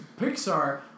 Pixar